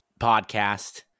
podcast